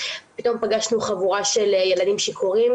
פתאום פגשנו חבורה של ילדים שיכורים